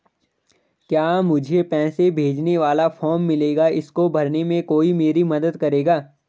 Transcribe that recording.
क्या मुझे पैसे भेजने वाला फॉर्म मिलेगा इसको भरने में कोई मेरी मदद करेगा?